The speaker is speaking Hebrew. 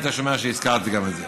היית שומע שהזכרתי גם את זה.